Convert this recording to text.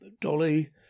Dolly